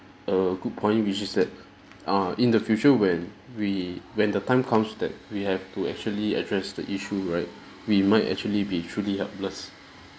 a good point which is that err in the future when we when the time comes that we have to actually address the issue right we might actually be truly helpless